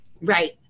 Right